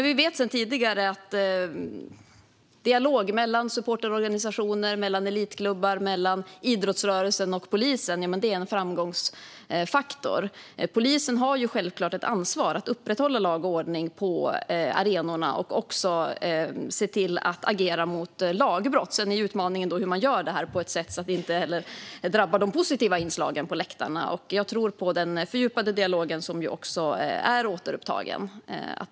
Vi vet sedan tidigare att dialog mellan supporterorganisationer, elitklubbar, idrottsrörelsen och polisen är en framgångsfaktor. Polisen har självklart ett ansvar för att upprätthålla lag och ordning på arenorna och se till att agera mot lagbrott. Sedan är utmaningen hur man gör detta på ett sätt så att det inte drabbar de positiva inslagen på läktarna. Jag tror på den fördjupade dialogen, som ju också är återupptagen.